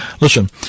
listen